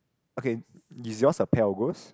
okay is yours a pair of ghost